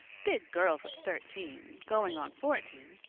big girls of thirteen, going on fourteen,